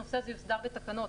הנושא הזה יוסדר בתקנות.